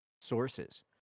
sources